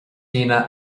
daoine